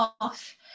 off